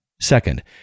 Second